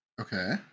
Okay